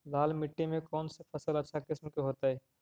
लाल मिट्टी में कौन से फसल अच्छा किस्म के होतै?